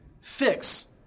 fix